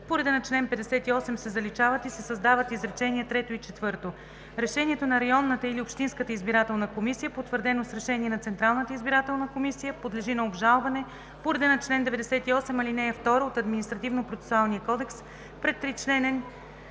по реда на чл. 58“ се заличават и се създават изречения трето и четвърто: „Решението на районната или общинската избирателна комисия, потвърдено с решение на Централната избирателна комисия, подлежи на обжалване по реда на чл. 98, ал. 2 от Административнопроцесуалния кодекс пред тричленен